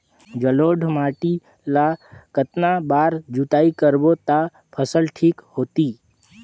जलोढ़ माटी ला कतना बार जुताई करबो ता फसल ठीक होती?